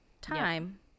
time